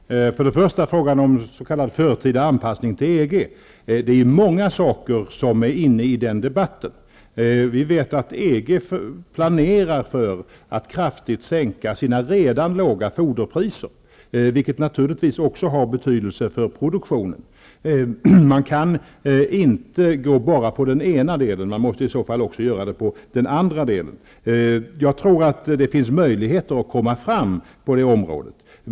Fru talman! Först och främst har vi frågan om s.k. förtida anpassning till EG. Det är många saker som är inblandade i den debatten. Vi vet att EG planerar för att kraftigt sänka sina redan låga foderpriser. Det har naturligtvis bety delse för produktionen. Det går inte att bara se till den ena delen utan att även se till den andra delen. Jag tror att det finns möjligheter att komma fram på området.